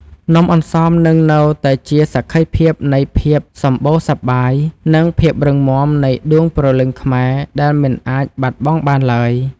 នំអន្សមនឹងនៅតែជាសក្ខីភាពនៃភាពសម្បូរសប្បាយ និង ភាពរឹងមាំនៃដួងព្រលឹងខ្មែរដែលមិនអាចបាត់បង់បានឡើយ។